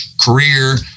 career